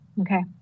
Okay